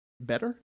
better